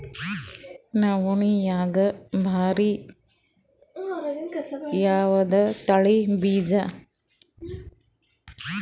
ನವಣಿಯಾಗ ಭಾರಿ ಯಾವದ ತಳಿ ಬೀಜ?